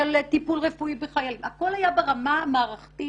של טיפול רפואי בחיילים, הכול היה ברמה המערכתית